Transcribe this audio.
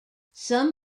some